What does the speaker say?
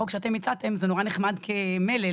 החוק שאתם הצעתם זה נורא נחמד כמלל,